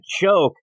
joke